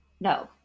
No